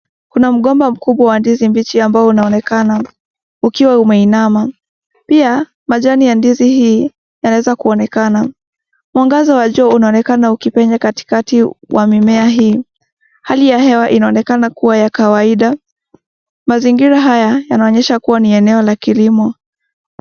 Mgomba mkubwa wa ndizi mbichi ambao unaonekana ukiwa umeinama. Pia majani ya ndizi yaweza kuonekana. Mwangaza wa jua unaonekana ukipenya katikati wa mmea. Hali ya hewa inaonekana kuwa ya kawaida. Mazingira haya yanaonyesha kuwa ni eneo la kilimo.